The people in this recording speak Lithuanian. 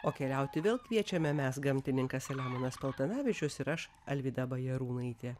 o keliauti vėl kviečiame mes gamtininkas selemonas paltanavičius ir aš alvyda bajarūnaitė